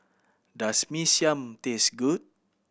does Mee Siam taste good